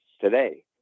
today